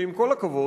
שעם כל הכבוד,